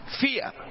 Fear